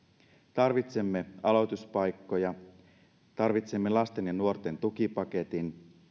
tarvitsemme aloituspaikkoja tarvitsemme lasten ja nuorten tukipaketin